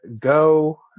go